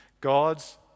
God's